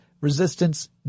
resistance